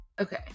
okay